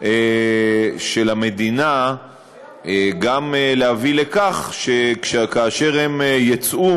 של המדינה גם להביא לכך שכאשר הם יצאו